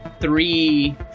three